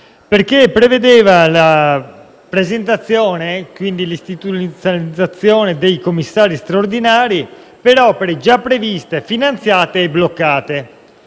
perché prevedeva l'istituzionalizzazione dei commissari straordinari per opere già previste, finanziate e bloccate.